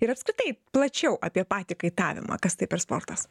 ir apskritai plačiau apie patį kaitavimą kas tai per sportas